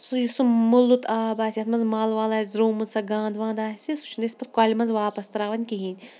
سُہ یُس سُہ مُلُت آب آسہِ یَتھ مَنٛز مَل وَل آسہِ درٛامُت سۄ گانٛد وانٛد آسہِ سُہ چھِنہٕ ٲسۍ پَتہٕ کۄلہِ مَنٛز واپَس تراوان کِہیٖنۍ